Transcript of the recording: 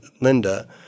Linda